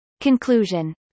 Conclusion